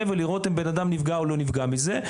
ולראות אם בנאדם נפגע או לא נפגע מול זה.